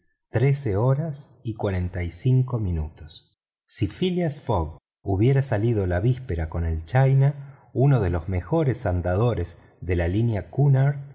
trece horas y cuarenta y cinco minu tos si phileas fogg hubiera salido la víspera con e china uno de los mejores andadores de la line cunard